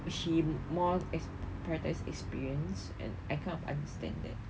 she more ex~ prioritise experience and I kind of understand that